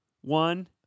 one